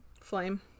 flame